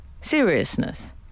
seriousness